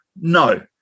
No